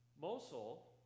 Mosul